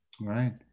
Right